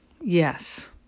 Yes